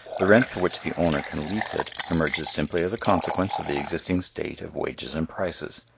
the rent for which the owner can lease it, emerges simply as a consequence of the existing state of wages and prices.